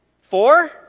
Four